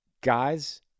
guys